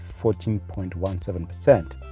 14.17%